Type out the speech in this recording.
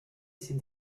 ces